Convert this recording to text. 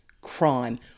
crime